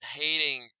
hating